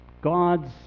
God's